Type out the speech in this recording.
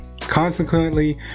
consequently